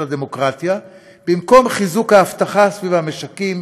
הדמוקרטיה במקום בחיזוק האבטחה סביב המשקים,